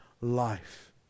life